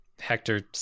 Hector